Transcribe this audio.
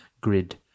Grid